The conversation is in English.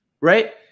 right